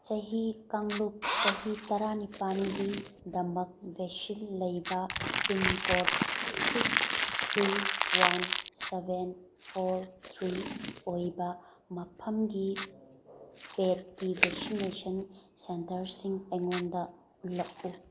ꯆꯍꯤ ꯀꯥꯡꯂꯨꯞ ꯆꯍꯤ ꯇꯔꯥꯅꯤꯄꯥꯜꯒꯤꯗꯃꯛ ꯕꯦꯁꯤꯜ ꯂꯩꯕ pin code six three one seven four three ꯑꯣꯏꯕ ꯃꯐꯝꯒꯤ ꯄꯦꯗꯀꯤ ꯕꯦꯛꯁꯤꯅꯦꯁꯟ ꯁꯦꯟꯇꯔꯁꯤꯡ ꯑꯩꯉꯣꯟꯗ ꯎꯠꯂꯛꯎ